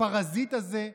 הפרזיט הזה,